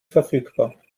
verfügbar